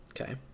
Okay